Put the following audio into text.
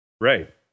right